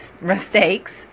mistakes